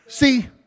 See